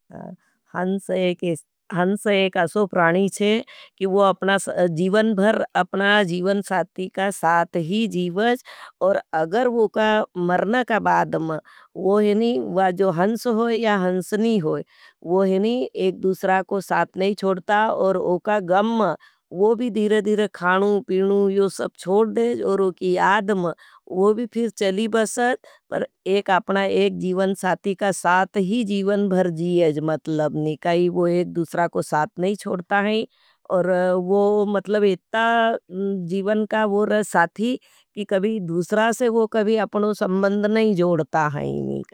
हंस हन्स एक अशो प्राणी छे कि वो अपना जीवन भर अपना जीवन साती का सात ही जीवज। और अगर वो का मरन का बादम यो हन्स होई या हन्सनी होई वो एक दूसरा को सात नहीं छोड़ता। और उका गम वो भी धीरधीर खानु पिनु यो सब छोड़ देज। और उकी आदम वो भी फिर चली बस पर एक अपना एक जीवन साती का सात ही जीवन भर जीवज मतलब निकाई वो एक दूसरा को सात नहीं छोड़ता है। और वो मतलब इतना जीवन का वो रश साती कि कभी दूसरा से वो कभी अपनो संबंद नहीं जोड़ता हयेगे।